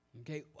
Okay